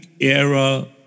era